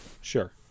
Sure